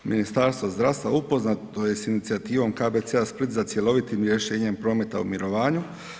Ministarstvo zdravstva upoznato je sa inicijativom KBC-a Split za cjelovitim rješenjem prometa u mirovanju.